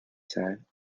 said